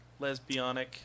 lesbianic